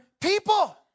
people